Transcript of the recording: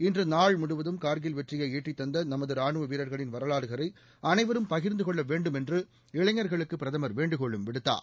இன்று நாள் முழுவதும் கார்கில் வெற்றியை ஈட்டித் தந்த நமது ராணுவ வீரர்களின் வரலாறுகளை அனைவரும் பகிர்ந்து கொள்ள வேண்டும் என்று இளைஞர்களுக்கு பிரதமர் வேண்டுகோளும் விடுத்தார்